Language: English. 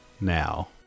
now